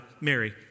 Mary